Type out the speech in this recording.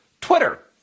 Twitter